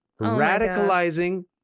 Radicalizing